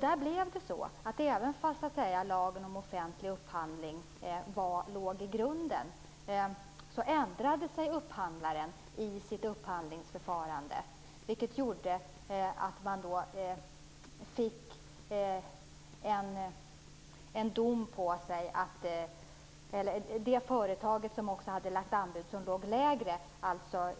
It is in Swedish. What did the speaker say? Där blev det så att trots att lagen om offentlig upphandling låg i grunden ändrade sig upphandlaren i sitt upphandlingsförfarande. Det gjorde att man fick en dom på sig, och det företag som låg lägre med sitt anbud